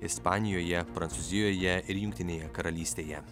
ispanijoje prancūzijoje ir jungtinėje karalystėje